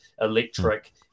electric